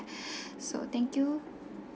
so thank you